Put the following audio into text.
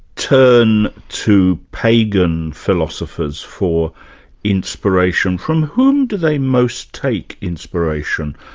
turn to pagan philosophers for inspiration, from whom do they most take inspiration?